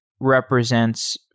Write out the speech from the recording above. represents